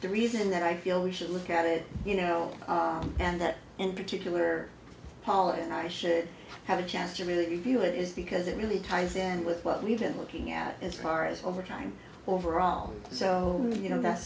the reason that i feel we should look at it you know and that in particular policy and i should have a chance to meet you it is because it really ties in with what we've been looking at as far as over time overall so you know that's